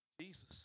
Jesus